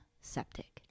septic